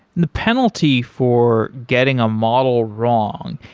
the penalty for getting a model wrong,